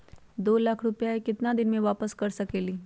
दो लाख रुपया के केतना दिन में वापस कर सकेली?